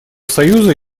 союза